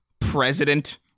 president